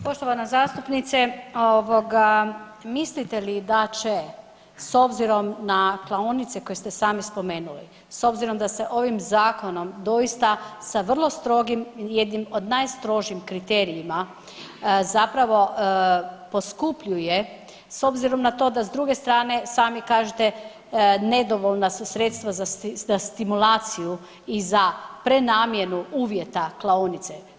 Poštovana zastupnice, mislite li da će s obzirom na klaonice koje ste sami spomenuli, s obzirom da se ovim zakonom doista sa vrlo strogim jednim od najstrožim kriterijima zapravo poskupljuje s obzirom na to da s druge strane sami kažete nedovoljna su sredstva za stimulaciju i za prenamjenu uvjeta klaonice.